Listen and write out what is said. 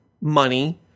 money